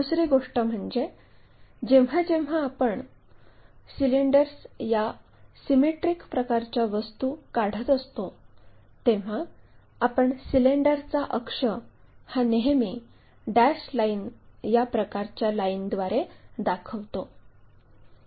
दुसरी गोष्ट म्हणजे जेव्हा जेव्हा आपण सिलेंडर्स या सिमिट्रिक प्रकारच्या वस्तू काढत असतो तेव्हा आपण सिलेंडरचा अक्ष हा नेहमी डॅश लाइन या प्रकारच्या लाईन द्वारे दाखवतो